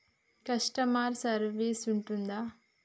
Customer service ఉంటుందా?